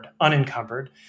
unencumbered